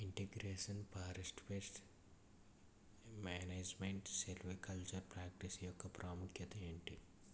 integration forest pest management silvicultural practice యెక్క ప్రాముఖ్యత ఏంటి